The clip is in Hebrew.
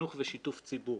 חינוך ושיתוף ציבור.